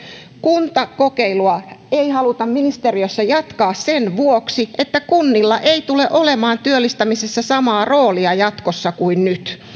kuntakokeilua ei haluta ministeriössä jatkaa sen vuoksi että kunnilla ei tule olemaan työllistämisessä samaa roolia jatkossa kuin nyt